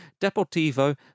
Deportivo